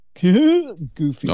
goofy